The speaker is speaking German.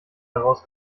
daraus